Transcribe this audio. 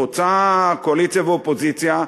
חוצה קואליציה ואופוזיציה,